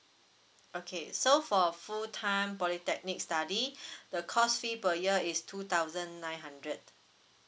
okay so for full time polytechnic study the course fee per year is two thousand nine hundred